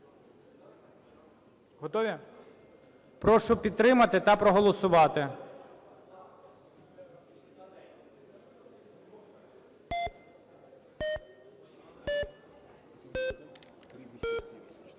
Готові? Прошу підтримати та проголосувати. 13:57:22